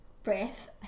breath